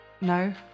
No